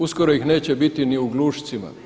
Uskoro ih neće biti ni u Glušcima,